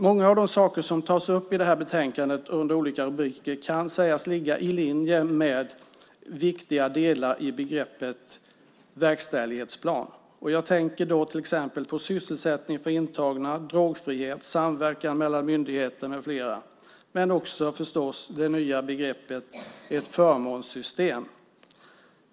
Många av de saker som tas upp i det här betänkandet under olika rubriker kan sägas ligga i linje med viktiga delar i begreppet verkställighetsplan. Jag tänker till exempel på sysselsättning för intagna, drogfrihet, samverkan mellan myndigheter med flera, men också förstås på det nya begreppet förmånssystem.